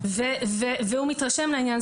והוא מתרשם לעניין,